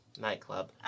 nightclub